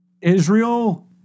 Israel